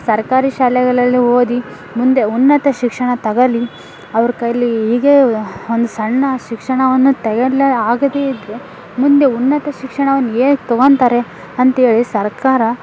ಸರ್ಕಾರಿ ಶಾಲೆಗಳಲ್ಲಿ ಓದಿ ಮುಂದೆ ಉನ್ನತ ಶಿಕ್ಷಣ ತಗಳ್ಲಿ ಅವ್ರ ಕೈಲಿ ಹೀಗೇ ಒಂದು ಸಣ್ಣ ಶಿಕ್ಷಣವನ್ನು ತೆಗಳ್ಲೆ ಆಗದೆ ಇದ್ದರೆ ಮುಂದೆ ಉನ್ನತ ಶಿಕ್ಷಣವನ್ನು ಹೇಗ್ ತಗೊತಾರೆ ಅಂತೇಳಿ ಸರ್ಕಾರ